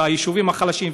יישובים חלשים,